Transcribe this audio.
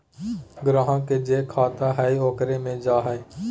ग्राहक के जे खाता हइ ओकरे मे जा हइ